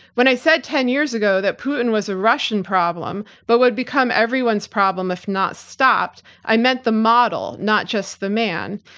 when i said ten years ago that putin was a russian problem but would become everyone's problem if not stopped, i meant the model not just the man.